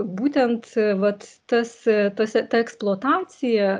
būtent vat tas tose ta eksploatacija